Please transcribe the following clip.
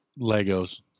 legos